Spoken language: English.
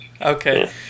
okay